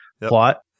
plot